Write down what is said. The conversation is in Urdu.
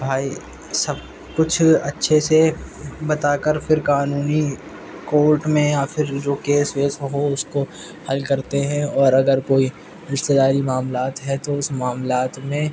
بھائی سب کچھ اچھے سے بتا کر پھر قانونی کوٹ میں یا پھر جو کیس ویس ہو اس کو حل کرتے ہیں اور اگر کوئی رشتے داری معاملات ہیں تو اس میں معاملات میں